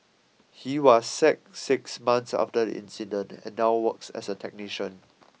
he was sacked six months after the incident and now works as a technician